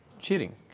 cheating